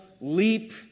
leap